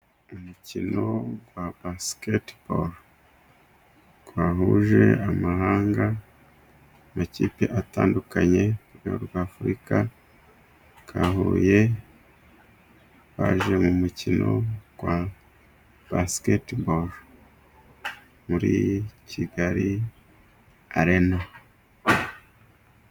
Umukino wa basiketiboro wahuje amahanga; amakipe atandukanye yo rwego rwa Afurika yahuye, baje mu mukino wa basketiboro muri kigali Arena.